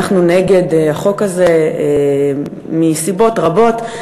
אנחנו נגד החוק הזה מסיבות רבות.